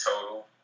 total